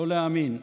לא להאמין,